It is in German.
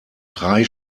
drei